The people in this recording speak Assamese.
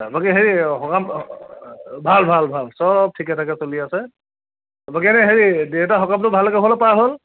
বাকী হেৰি সকাম ভাল ভাল ভাল চব ঠিকে থাকে চলি আছে বাকী এনেই হেৰি দেউতাৰ সকামটো ভালে কুশলে পাৰ হ'ল